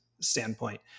standpoint